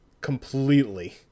Completely